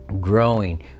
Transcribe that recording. growing